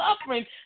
suffering